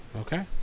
Okay